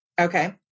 Okay